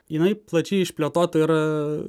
jinai plačiai išplėtota yra